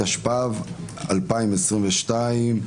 התשפ"ב 2022,